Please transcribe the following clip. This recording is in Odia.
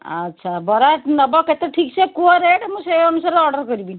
ଆଚ୍ଛା ବରା ନବ କେତେ ଠିକ୍ ସେ କୁହ ରେଟ୍ ମୁଁ ସେ ଅନୁସାରେ ଅର୍ଡ଼ର୍ କରିବି